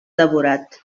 devorat